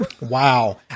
Wow